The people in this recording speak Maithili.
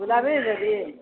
दुलारी देवी